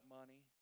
money